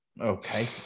okay